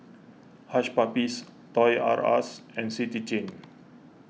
Hush Puppies Toys R Us and City Chain